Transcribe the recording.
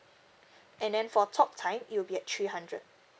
and then for talk time it will be at three hundred